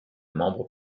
membre